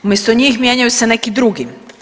Umjesto njih, mijenjaju se neki drugi.